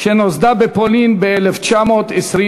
שנוסדה בפולין ב-1922.